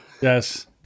Yes